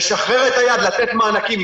לשחרר את היד, לתת מענקים.